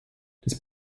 des